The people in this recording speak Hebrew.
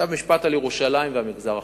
משפט על ירושלים והמגזר החרדי.